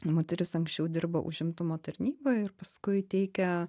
moteris anksčiau dirbo užimtumo tarnyboj ir paskui teikia